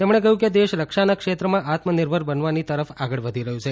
તેમણે કહ્યું કે દેશરક્ષાના ક્ષેત્રમાં આત્મનિર્ભર બનવાની તરફ આગળ વધી રહ્યું છે